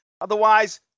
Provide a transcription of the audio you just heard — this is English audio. Otherwise